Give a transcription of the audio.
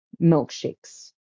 milkshakes